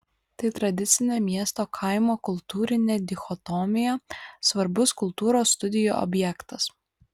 tai tradicinė miesto kaimo kultūrinė dichotomija svarbus kultūros studijų objektas